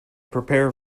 prepare